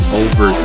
over